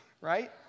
right